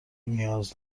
نیاز